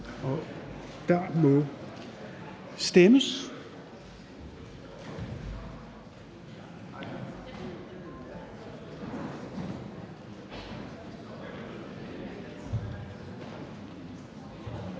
og der kan stemmes.